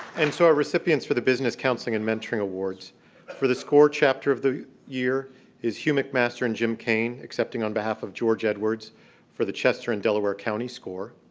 and so our recipients for the business counseling and mentoring awards for the score chapter of the year is hugh macmaster and jim kane, accepting on behalf of george edwards for the chester and delaware county score.